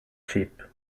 cheap